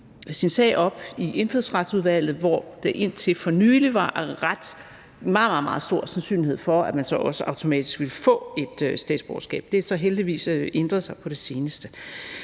sin sag op i Indfødsretsudvalget, hvor der indtil for nylig var meget, meget stor sandsynlighed for, at man så også automatisk ville få et statsborgerskab. Det har så heldigvis ændret sig på det seneste.